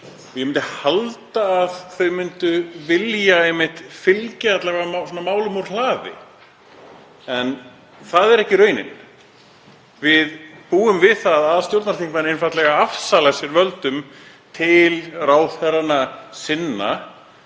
Ég myndi halda að þau myndu vilja fylgja alla vega málum úr hlaði en það er ekki raunin. Við búum við það að stjórnarþingmenn afsala sér einfaldlega völdum til ráðherra sinna